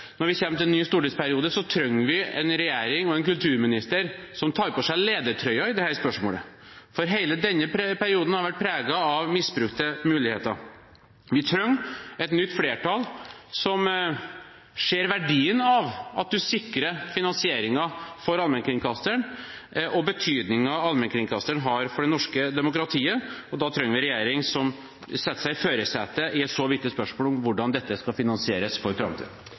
når vi kommer til en ny stortingsperiode, trenger vi en regjering og en kulturminister som tar på seg ledertrøya i dette spørsmålet, for hele denne perioden har vært preget av misbrukte muligheter. Vi trenger et nytt flertall som ser verdien av at man sikrer finansieringen for allmennkringkasteren og ser betydningen allmennkringkasteren har for det norske demokratiet. Da trenger vi en regjering som setter seg i førersetet i et så viktig spørsmål som hvordan dette skal finansieres for framtiden.